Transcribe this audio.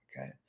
okay